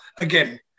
again